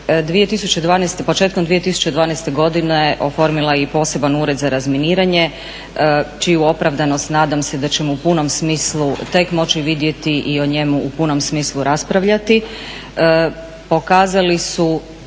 početkom 2012. godine oformila je i poseban Ured za razminiranje čiju opravdanost nadam se da ćemo u punom smislu tek moći vidjeti i o njemu u punom smislu raspravljati.